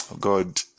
god